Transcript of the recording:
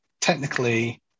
technically